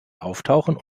auftauchen